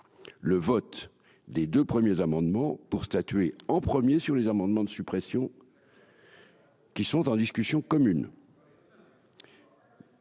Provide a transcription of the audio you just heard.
le vote des 2 premiers amendements pour statuer en premier sur les amendements de suppression. Qui sont en discussion commune.